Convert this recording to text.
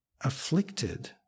afflicted